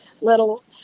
little